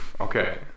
Okay